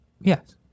Yes